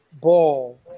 ball